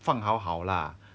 放好好啦